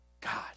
God